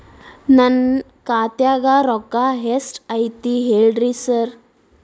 ನನ್ ಖಾತ್ಯಾಗ ರೊಕ್ಕಾ ಎಷ್ಟ್ ಐತಿ ಹೇಳ್ರಿ ಸಾರ್?